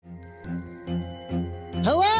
Hello